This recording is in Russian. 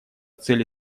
цели